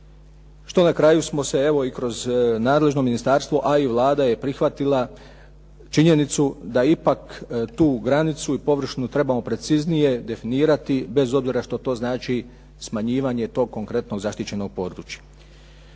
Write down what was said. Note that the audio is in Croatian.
što na kraju smo se evo i kroz nadležno ministarstvo, a i Vlada je prihvatila činjenicu da ipak tu granicu i površinu trebamo preciznije definirati bez obzira što to znači smanjivanje tog konkretnog zaštićenog područja.